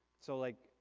so like,